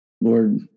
Lord